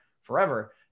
forever